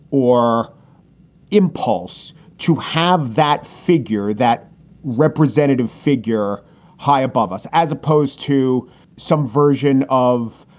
or impulse to have that figure, that representative figure high above us, as opposed to some version of,